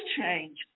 change